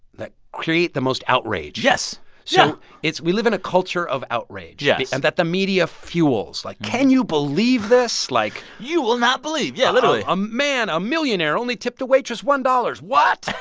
that create the most outrage yes so we live in a culture of outrage yeah yeah and that the media fuels like, can you believe this? like. you will not believe yeah, literally. a man a millionaire only tipped a waitress one dollar. what?